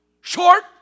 Short